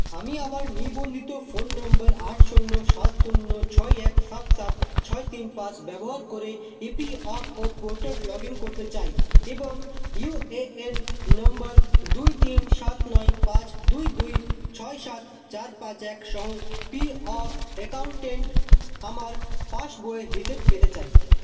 আমি আমার নিবন্ধিত ফোন নম্বর আট শূন্য সাত শূন্য ছয় এক সাত সাত ছয় তিন পাঁচ ব্যবহার করে E P F O portal log in করতে চাই এবং ইউ এ এন নম্বর দুই তিন সাত নয় পাঁচ দুই দুই ছয় সাত চার পাঁচ এক সহ পি এফ অ্যাকাউন্টে আমার পাসবইয়ের হিসেব পেতে চাই